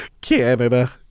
Canada